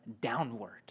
downward